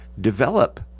develop